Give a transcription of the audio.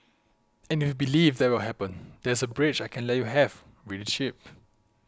and if you believe that will happen there is a bridge I can let you have really cheap